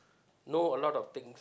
know a lot of things